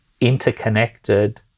interconnected